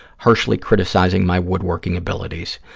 harshly criticizing my woodworking abilities.